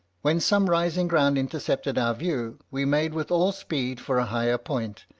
when some rising ground intercepted our view, we made with all speed for a higher point,